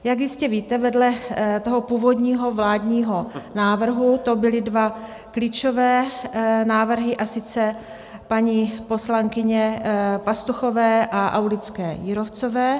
Jak jistě víte, vedle původního vládního návrhu to byly dva klíčové návrhy, a sice paní poslankyně Pastuchové a Aulické Jírovcové.